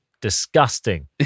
Disgusting